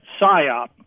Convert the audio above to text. psyop